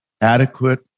adequate